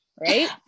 Right